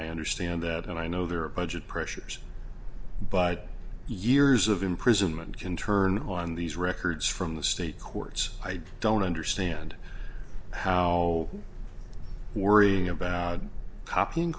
i understand that and i know there are budget pressures but years of imprisonment can turn on these records from the state courts i don't understand how worrying about copying